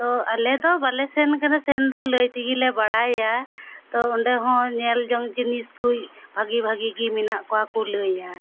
ᱛᱚ ᱟᱞᱮ ᱫᱚ ᱵᱟᱞᱮ ᱥᱮᱱ ᱟᱠᱟᱱᱟ ᱥᱮᱱ ᱫᱚ ᱞᱟᱹᱭ ᱛᱮᱜᱮ ᱞᱮ ᱵᱟᱲᱟᱭᱟ ᱛᱚ ᱚᱸᱰᱮ ᱦᱚᱸ ᱧᱮᱞ ᱡᱚᱝ ᱡᱤᱱᱤᱥ ᱠᱚ ᱵᱷᱟᱹᱜᱤ ᱵᱷᱟᱹᱜᱤ ᱜᱮ ᱢᱮᱱᱟᱜ ᱠᱚᱣᱟ ᱠᱚ ᱞᱟᱹᱭᱟ